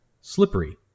slippery